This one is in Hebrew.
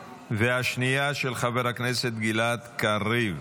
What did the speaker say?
השנייה, של חבר הכנסת גלעד קריב.